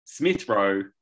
Smithrow